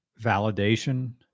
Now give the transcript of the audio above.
validation